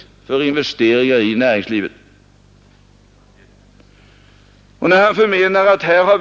Han gör begränsningen där.